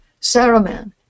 Saruman